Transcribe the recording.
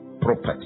property